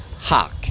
Hawk